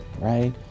right